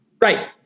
Right